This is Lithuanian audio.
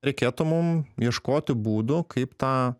reikėtų mum ieškoti būdų kaip tą